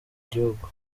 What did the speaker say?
gihugu